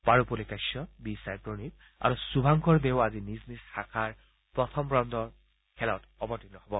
Parupalli Kashyap B Sai Praneeth আৰু সুভাংকৰ দেও আজি নিজ নিজ শাখাৰ প্ৰথম ৰাউণ্ডৰ খেলত অৱতীৰ্ণ হ'ব